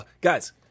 Guys